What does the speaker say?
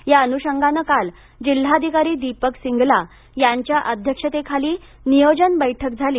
या अनुषंगानं काल जिल्हाधिकारी दीपक सिंगला यांच्या अध्यक्षतेखाली नियोजन बैठक झाली